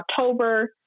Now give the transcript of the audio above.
October